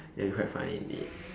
ya you quite funny indeed